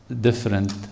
different